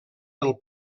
pel